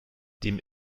dem